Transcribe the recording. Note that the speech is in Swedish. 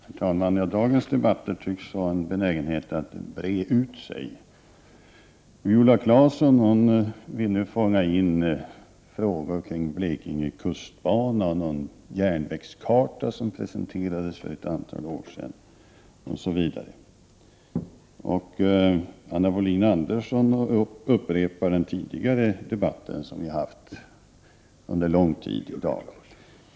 Herr talman! Dagens debatter tycks ha en benägenhet att breda ut sig. Viola Claesson vill nu fånga in frågor kring Blekingekustbanan, en järnvägskarta som presenterades för ett antal år sedan osv., och Anna Wohlin Andersson upprepar en tidigare debatt som vi har fört under lång tid i dag.